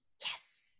Yes